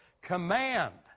Command